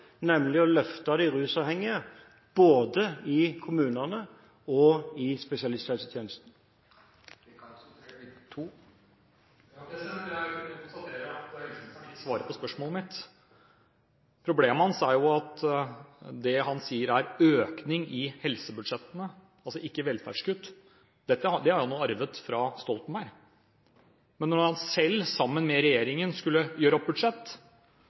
nemlig å løfte de rusavhengige, både i kommunene og i spesialisthelsetjenesten. Jeg konstaterer at helseministeren ikke svarer på spørsmålet mitt. Problemet hans er at det som han sier er økning i helsebudsjettene – altså ikke velferdskutt – har han jo arvet fra Stoltenberg-regjeringen. Men da han selv, sammen med regjeringen, skulle sette opp budsjett,